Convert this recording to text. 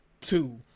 two